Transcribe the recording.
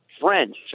French